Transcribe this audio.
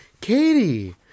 Katie